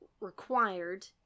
required